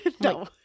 No